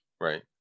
right